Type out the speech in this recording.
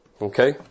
Okay